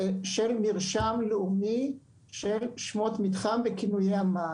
של מרשם לאומי של שמות מתחם וכינויים.